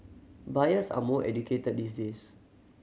buyers are more educated these days